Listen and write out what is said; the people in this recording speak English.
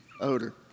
odor